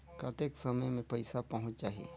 कतेक समय मे पइसा पहुंच जाही?